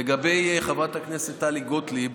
לגבי חברת הכנסת טלי גוטליב,